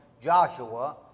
Joshua